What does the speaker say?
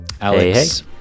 Alex